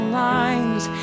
lines